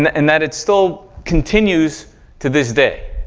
and and that it still continues to this day,